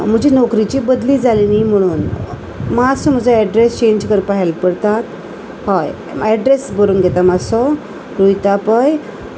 म्हजी नोकरीची बदली जाली न्ही म्हणून मातसो म्हजो एड्रेस चेंज करपा हॅल्प करतात हय एड्रेस बरोन घेता मातसो रुयता पै